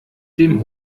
dem